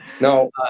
No